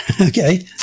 Okay